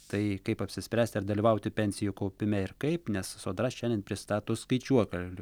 tai kaip apsispręsti ar dalyvauti pensijų kaupime ir kaip nes sodra šiandien pristato skaičiuokel